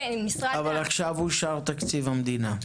אבל עכשיו אושר תקציב המדינה.